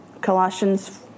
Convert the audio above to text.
Colossians